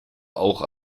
auch